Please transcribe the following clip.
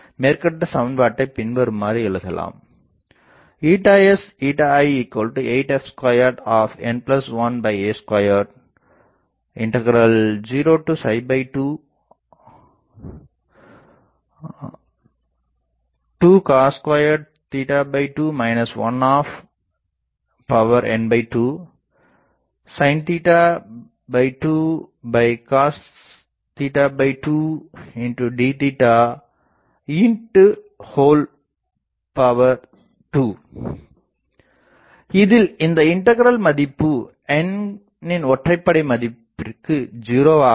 மேற்கண்ட சமன்பாட்டைப் பின்வருமாறு எழுதலாம் s i8f2n1a2 02 2cos22 1n2 sin 2cos 2d2இதில் இந்த இண்டகிரல் மதிப்பு n னின் ஒற்றைப்படை மதிப்பிற்கு 0 ஆகவும்